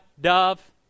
dove